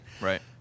right